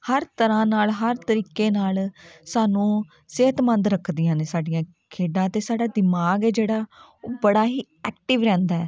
ਹਰ ਤਰ੍ਹਾਂ ਨਾਲ ਹਰ ਤਰੀਕੇ ਨਾਲ ਸਾਨੂੰ ਸਿਹਤਮੰਦ ਰੱਖਦੀਆਂ ਨੇ ਸਾਡੀਆਂ ਖੇਡਾਂ ਅਤੇ ਸਾਡਾ ਦਿਮਾਗ ਹੈ ਜਿਹੜਾ ਉਹ ਬੜਾ ਹੀ ਐਕਟਿਵ ਰਹਿੰਦਾ ਹੈ